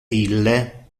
ille